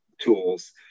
tools